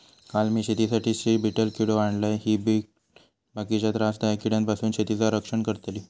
काल मी शेतीसाठी स्त्री बीटल किडो आणलय, ही कीड बाकीच्या त्रासदायक किड्यांपासून शेतीचा रक्षण करतली